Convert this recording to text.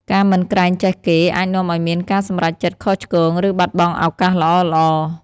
ការមិនក្រែងចេះគេ អាចនាំឲ្យមានការសម្រេចចិត្តខុសឆ្គង ឬបាត់បង់ឱកាសល្អៗ។